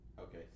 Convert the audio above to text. Okay